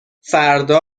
فردا